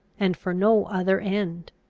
and for no other end.